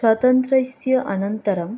स्वतन्त्रस्य अनन्तरं